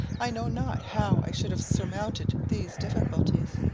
i know not how i should have surmounted these difficulties.